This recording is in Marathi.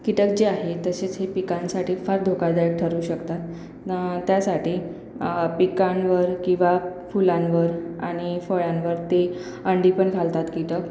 कीटक जे आहे तसेच हे पिकांसाठी फार धोकादायक ठरू शकतात त्यासाठी पिकांवर किंवा फुलांवर आणि फळांवर ते अंडी पण घालतात कीटक